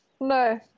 No